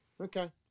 Okay